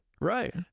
Right